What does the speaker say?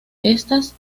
estas